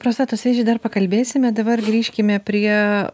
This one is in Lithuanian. prostatos vėžį dar pakalbėsime dabar grįžkime prie